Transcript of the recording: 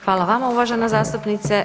Hvala vama, uvažena zastupnice.